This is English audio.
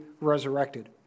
resurrected